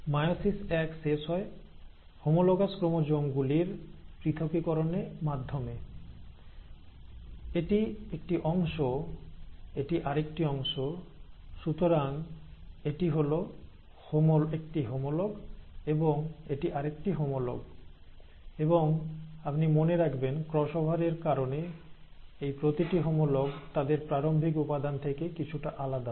meiosis এক শেষ হয় হোমোলোগাস ক্রোমোজোম গুলির পৃথকীকরণে মাধ্যমে এটি একটি অংশ এটি আরেকটি অংশ সুতরাং এটি একটি হোমোলগ এবং এটি আরেকটি হোমোলগ এবং আপনি মনে রাখবেন ক্রসওভার এর কারণে এই প্রতিটি হোমোলগ তাদের প্রারম্ভিক উপাদান থেকে কিছুটা আলাদা